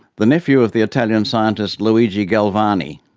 the nephew of the italian scientist luigi galvani.